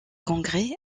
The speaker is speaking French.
congrès